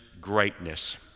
greatness